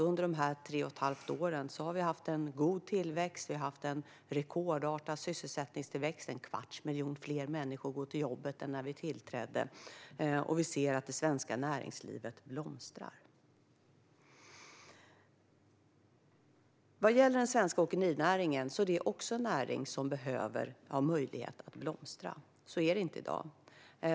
Under dessa tre och ett halvt år har vi haft en god tillväxt och en rekordartad sysselsättningstillväxt. En kvarts miljon fler människor går till jobbet än när vi tillträdde, och vi ser att det svenska näringslivet blomstrar. Den svenska åkerinäringen behöver också ha möjlighet att blomstra. Så är det inte i dag.